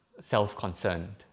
self-concerned